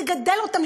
לגדל אותם,